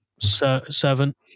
servant